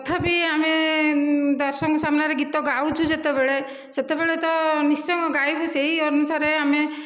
ତଥାପି ଆମେ ଦର୍ଶଙ୍କ ସାମ୍ନାରେ ଗୀତ ଗାଉଛୁ ଯେତେବେଳେ ସେତେବେଳେ ତ ନିଶ୍ଚୟ ଗାଇବୁ ସେଇ ଅନୁସାରେ ଆମେ